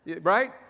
Right